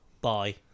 Bye